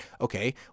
okay